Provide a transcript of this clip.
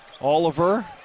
Oliver